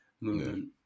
movement